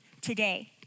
today